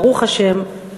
ברוך השם,